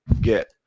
get